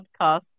podcast